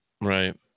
Right